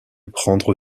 prendre